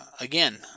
again